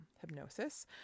hypnosis